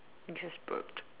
you just burped